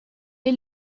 est